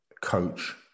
coach